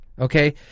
Okay